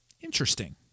Interesting